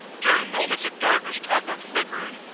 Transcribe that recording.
during moments of darkness caused by flickering,